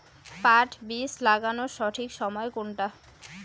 পাট বীজ লাগানোর সঠিক সময় কোনটা?